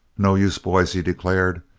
no use, boys, he declared.